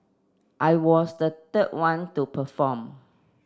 I was the third one to perform